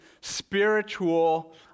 spiritual